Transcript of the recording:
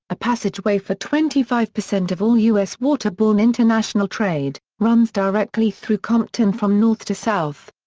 a passageway for twenty five percent of all u s. waterborne international trade, runs directly through compton from north to south.